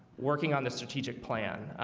working on the strategic plan